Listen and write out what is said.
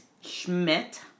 Schmidt